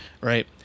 right